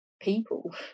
people